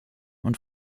und